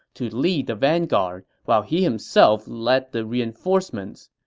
to lead the vanguard, while he himself lead the reinforcements.